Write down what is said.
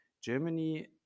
germany